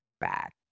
back